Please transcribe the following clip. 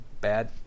bad